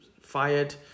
fired